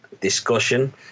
discussion